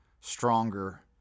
stronger